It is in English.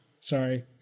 Sorry